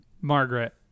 Margaret